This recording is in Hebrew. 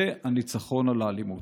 זה הניצחון על האלימות.